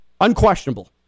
Unquestionable